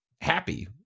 happy